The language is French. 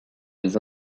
les